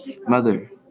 Mother